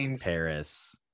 Paris